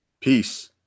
Peace